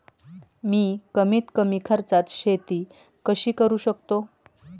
मी कमीत कमी खर्चात शेती कशी करू शकतो?